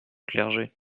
clergé